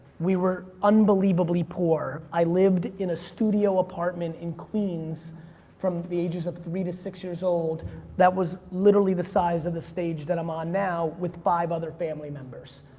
we were unbelievably poor. i lived in a studio apartment in queens from the ages of three to six years old that was literally the size of the stage that i'm on now with five other family members,